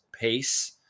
pace